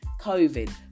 COVID